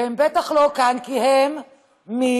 והם בטח לא כאן כי הם מת-ביי-שים.